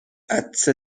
عطسه